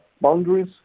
boundaries